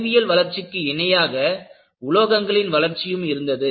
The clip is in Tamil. அறிவியல் வளர்ச்சிக்கு இணையாக உலோகங்களின் வளர்ச்சியும் இருந்தது